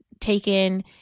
taken